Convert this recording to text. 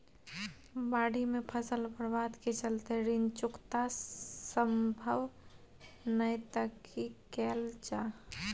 बाढि में फसल बर्बाद के चलते ऋण चुकता सम्भव नय त की कैल जा?